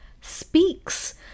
speaks